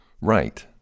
Right